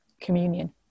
communion